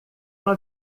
uma